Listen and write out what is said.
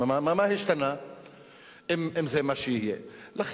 כלומר, אם זה מה שיהיה, מה השתנה?